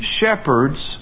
shepherds